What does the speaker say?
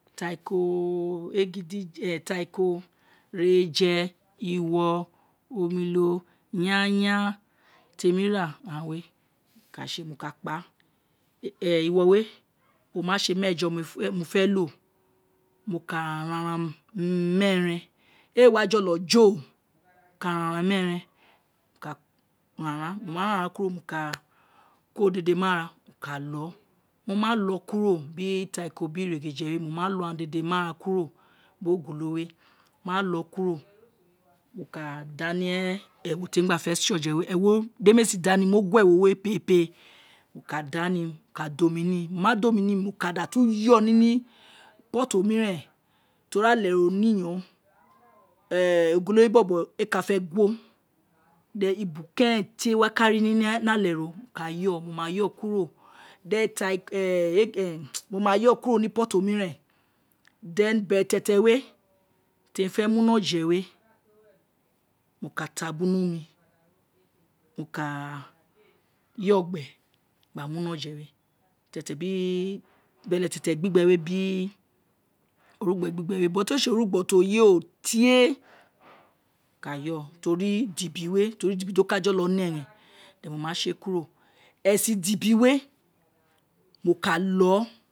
Atanko egidije, atariko ighereje, iwo, anulo, iyanghan tiemi ranghan we ka se mo ka kpaa wo we o ma se meejo mo felo mo, mo ka ranran meeren, mo ka ranran gba ko dede ni ara gba lo, mo malo kuro bi atariko biri ighereje we mo ma lo aghan dede, mo ma ran kuro biri ogolo we ma lo kuro ino ka dani ewo re mi gba fe se oje we, de mee si da ni mo gue ewo we pere mo ka dani, mo ka da omi ni mo ma da omi ni ka da tu yo nini pot omiren teri ate ro iyonghan ogolo we bobo ee ka rini ale ro wo ka yo, wo ma yo kuri then mo ma yo kuro ni pot omiren then bele tietie we ti emi te mu ni oje we mo ka tabu ni omi mo ka yo gbe gba mu ni oje beleti etie, bele tietie biri orugbo gbigbe but ee se orugbo ti ye o wa ka yoo teri idibi we o ka jolo neghen then wo ma se kuro, esen idibi we, wo ka lo.